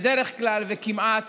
בדרך כלל כמעט